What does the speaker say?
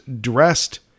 dressed